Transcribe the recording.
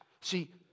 See